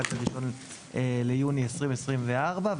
עד ל-1 ביוני 2024,